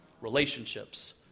Relationships